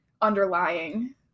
underlying